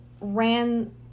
ran